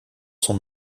sont